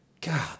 God